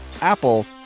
Apple